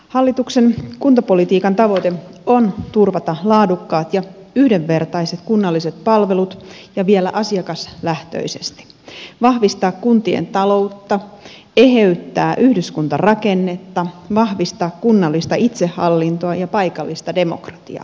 hallituksen kuntapolitiikan tavoite on turvata laadukkaat ja yhdenvertaiset kunnalliset palvelut ja vielä asiakaslähtöisesti vahvistaa kuntien taloutta eheyttää yhdyskuntarakennetta vahvistaa kunnallista itsehallintoa ja paikallista demokratiaa